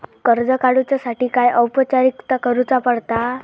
कर्ज काडुच्यासाठी काय औपचारिकता करुचा पडता?